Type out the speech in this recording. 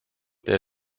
der